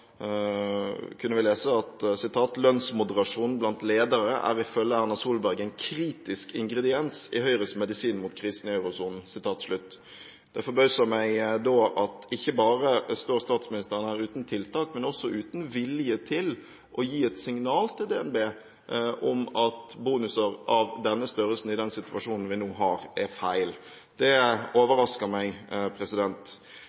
kunne vi lese at ifølge Erna Solberg er lønnsmoderasjon blant ledere en kritisk ingrediens i Høyres medisin mot krisen i eurosonen. Det forbauser meg at ikke bare står statsministeren her uten tiltak, men også uten vilje til å gi et signal til DNB om at bonuser av denne størrelsen i den situasjonen vi nå har, er feil. Det